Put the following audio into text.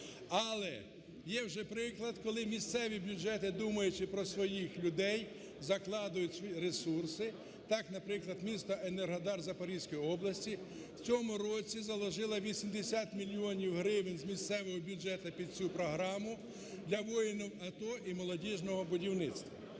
Але є вже приклад, коли місцеві бюджети, думаючи про своїх людей, закладають ресурси. Так, наприклад, місто Енергодар Запорізької області в цьому році заложили 80 мільйонів гривень з місцевого бюджету під цю програму для воїнів АТО і молодіжного будівництва.